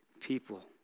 people